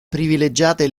privilegiate